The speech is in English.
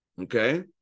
Okay